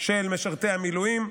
של משרתי המילואים,